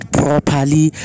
properly